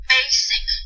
basic